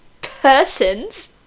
Persons